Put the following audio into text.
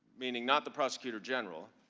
meaning not the prosecutor general,